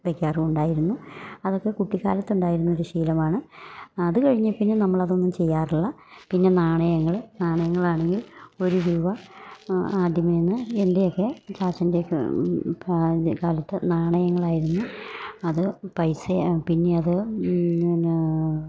വെക്കാറുമുണ്ടായിരുന്നു അതൊക്കെ കുട്ടിക്കാലത്തുണ്ടായിന്നൊരു ശീലമാണ് അതു കഴിഞ്ഞ് പിന്നെ നമ്മളതൊന്നും ചെയ്യാറില്ല പിന്നെ നാണയങ്ങൾ നാണയങ്ങളാണെങ്കിൽ ഒരു രൂപ ആദ്യമേന്ന് എൻ്റെയൊക്കെ കാശിൻ്റെയൊക്കെ പാ കാലത്ത് നാണയങ്ങളായിരുന്നു അത് പൈസയായി പിന്നെയത് പിന്നേ